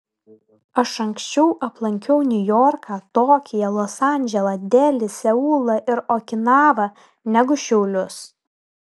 aš anksčiau aplankiau niujorką tokiją los andželą delį seulą ir okinavą negu šiaulius